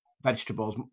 vegetables